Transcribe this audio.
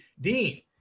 Dean